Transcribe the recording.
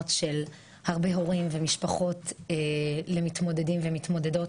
של הרבה הורים ומשפחות למתמודדים ומתמודדות,